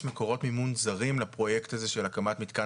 יש מקורות מימון זרים לפרויקט הזה של הקמת מתקן